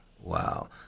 Wow